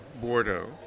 Bordeaux